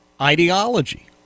ideology